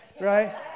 right